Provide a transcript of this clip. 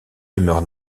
demeure